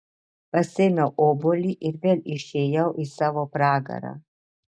pasiėmiau obuolį ir vėl išėjau į savo pragarą